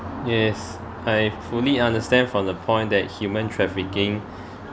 yes I fully understand from the point that human trafficking